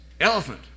Elephant